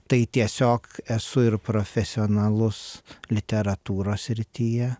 tai tiesiog esu ir profesionalus literatūros srityje